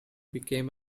became